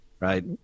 right